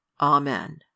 Amen